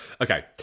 Okay